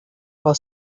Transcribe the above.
while